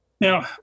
Now